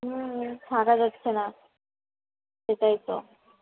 হ্যাঁ থাকা যাচ্ছে না সেটাই তো